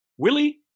Willie